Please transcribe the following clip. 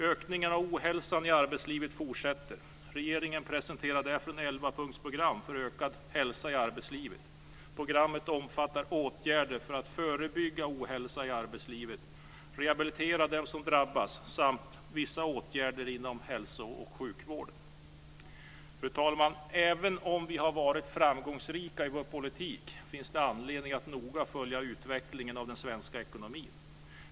Ökningen av ohälsan i arbetslivet fortsätter. Regeringen presenterade därför ett 11-punktsprogram för ökad hälsa i arbetslivet. Programmet omfattar åtgärder för att förebygga ohälsa i arbetslivet och rehabilitera dem som drabbas, samt vissa åtgärder inom hälso och sjukvården. Fru talman! Även om vi har varit framgångsrika i vår politik finns det anledning att noga följa utvecklingen av den svenska ekonomin.